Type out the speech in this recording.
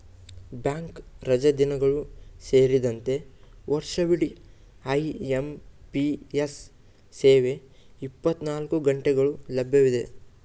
bank ರಜಾದಿನಗಳು ಸೇರಿದಂತೆ ವರ್ಷವಿಡಿ ಐ.ಎಂ.ಪಿ.ಎಸ್ ಸೇವೆ ಇಪ್ಪತ್ತನಾಲ್ಕು ಗಂಟೆಗಳು ಲಭ್ಯವಿದೆ